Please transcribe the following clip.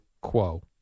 quo